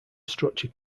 structure